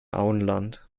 auenland